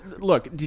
look